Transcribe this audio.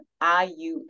IUA